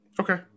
Okay